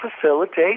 facilitate